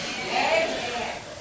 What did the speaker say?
Amen